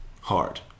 Hard